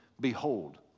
behold